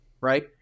right